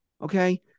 okay